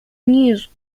news